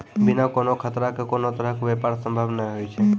बिना कोनो खतरा के कोनो तरहो के व्यापार संभव नै होय छै